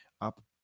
up